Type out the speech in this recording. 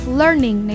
learning